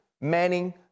Manning